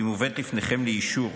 והיא מובאת לפניכם לאישור.